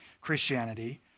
Christianity